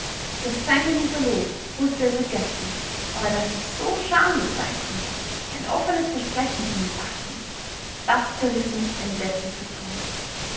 daß seine mutter log wußte er seit gestern aber daß sie so schamlos sein konnte ein offenes versprechen zu mißachten das zerriß ihm ein letztes vertrauen